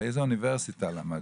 באיזה אוניברסיטה למדת?